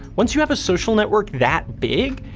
once you have a social network that big,